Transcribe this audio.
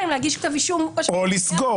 אם להגיש כתב אישום --- או לסגור.